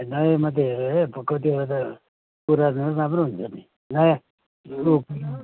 नयै मात्रै कतिवटा त पुरानो पनि राम्रो हुन्छ नि नयाँ